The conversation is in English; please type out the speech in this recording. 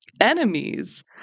Enemies